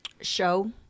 show